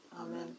Amen